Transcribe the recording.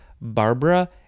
Barbara